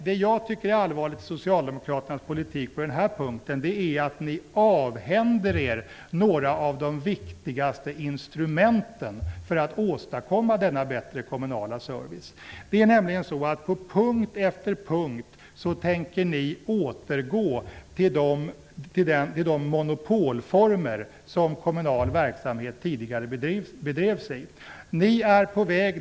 Det jag tycker är allvarligt i Socialdemokraternas politik på den här punkten är att ni avhänder er några av de viktigaste instrumenten för att åstadkomma denna bättre kommunala service. Det är nämligen så att på punkt efter punkt tänker ni återgå till de monopolformer som kommunal verksamhet tidigare bedrevs i.